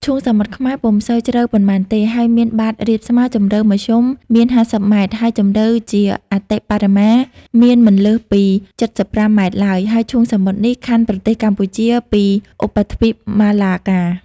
ឈូងសមុទ្រខ្មែរ ពុំសូវជ្រៅប៉ុន្មានទេ ហើយមានបាត រាបស្មើ ជំរៅមធ្យមមាន ៥០ម៉ែត្រ ហើយជម្រៅជាអតិបរមា មានមិនលើសពី ៧៥ម៉ែត្រឡើយ ហើយឈូងសមុទ្រនេះខ័ណ្ឌប្រទេសកម្ពុជាពីឧបទ្វីបម៉ាឡាកា ។